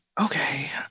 okay